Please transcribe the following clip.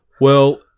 Well-